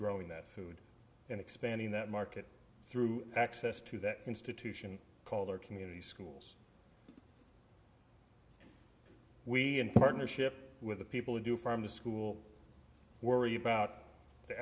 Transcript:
growing that food and expanding that market through access to that institution called our community schools we in partnership with the people who do farm school worry about the